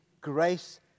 grace